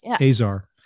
Azar